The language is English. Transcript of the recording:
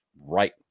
right